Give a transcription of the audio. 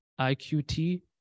Iqt